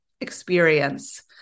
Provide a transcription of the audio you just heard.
experience